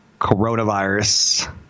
coronavirus